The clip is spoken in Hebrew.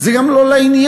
זה גם לא לעניין.